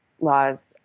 laws